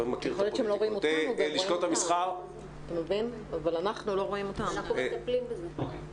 נוהל, שלפיו המפעלים עובדים היום, אני לא אגיד